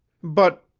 but.